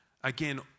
Again